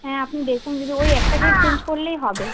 হ্যাঁ আপনি দেখুন যদি ওই একটা ডেট চেঞ্জ করলেই হবে